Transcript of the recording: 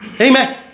Amen